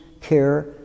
care